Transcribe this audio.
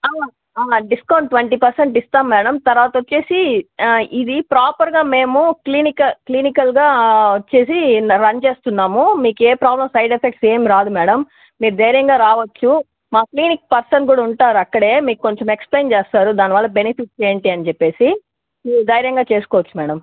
discount twenty percent ఇస్తాం madam తరువాత వచ్చి ఇది ప్రాపర్గా మేము క్లినిక క్లినికల్గా చేసి రన్ చేస్తున్నాము మీకు ఏ ప్రాబ్లెమ్ సైడ్ ఎఫెక్ట్స్ ఏం రాదు మేడం మీరు ధైర్యంగా రావచ్చు మా క్లినిక్ పర్సన్ కూడా ఉంటారు అక్కడే మీకు కొంచెం ఎక్స్ప్లేయిన్ చేస్తారు దానివల్ల బెనిఫిట్స్ ఏంటి అని చెప్పి మీరు ధైర్యంగా చేసుకోవచ్చు మేడం